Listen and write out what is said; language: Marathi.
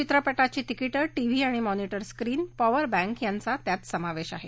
चित्रपटाची तिकिटं टीव्ही आणि मॉनिटर स्क्रिन पॉवर बँक यांचा त्यात समावेश आहे